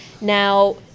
Now